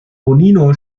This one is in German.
bonino